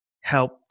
help